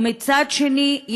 ומצד שני,